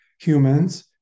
humans